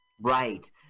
Right